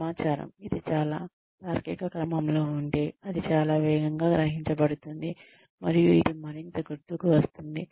సమాచారం ఇది తార్కిక క్రమంలో ఉంటే అది చాలా వేగంగా గ్రహించబడుతుంది మరియు ఇది మరింత గుర్తుకు వస్తుంది